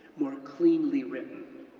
more cleanly written,